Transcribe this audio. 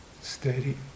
steady